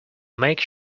make